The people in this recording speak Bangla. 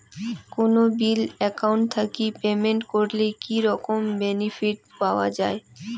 কোনো বিল একাউন্ট থাকি পেমেন্ট করলে কি রকম বেনিফিট পাওয়া য়ায়?